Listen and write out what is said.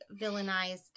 villainized